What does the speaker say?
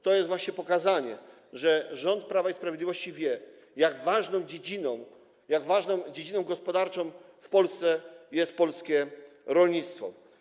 To jest właśnie pokazanie, że rząd Prawa i Sprawiedliwości wie, jak ważną dziedziną, jak ważną dziedziną gospodarczą w Polsce jest polskie rolnictwo.